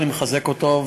אני מחזק אותו,